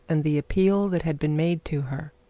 and the appeal that had been made to her.